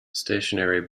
stationary